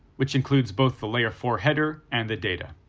which includes both the layer four header and the data.